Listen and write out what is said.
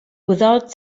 without